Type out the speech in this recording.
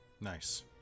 Nice